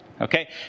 okay